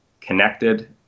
connected